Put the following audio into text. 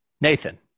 Nathan